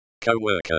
Co-worker